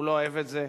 הוא לא אוהב את זה.